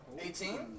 Eighteen